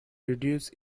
reduced